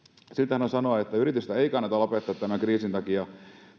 on sanoa että yritystä ei kannata lopettaa tämän kriisin takia